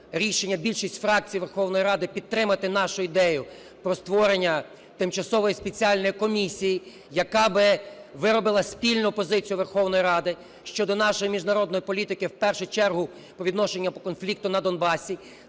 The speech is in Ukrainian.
рішення більшість фракцій Верховної Ради підтримати нашу ідею про створення тимчасової спеціальної комісії, яка би виробила спільну позицію Верховної Ради щодо нашої міжнародної політики, в першу чергу по відношенню до конфлікту на Донбасі,